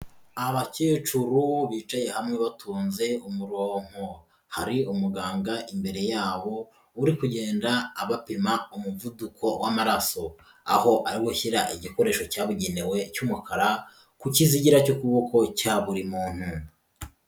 Abakecuru bicaye hamwe batonze umuronko, hari umuganga imbere yabo uri kugenda abapima umuvuduko w'amaraso aho ari gushyira igikoresho cyabugenewe cy'umukara ku kizigira cy'ukuboko cya buri muntu.